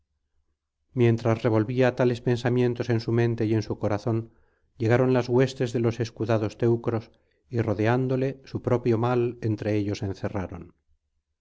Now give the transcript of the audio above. mientras revolvía tales pensamientos en su mente y en su corazón llegaron las huestes de los escudados teucros y rodeándole su propio mal entre ellos encerraron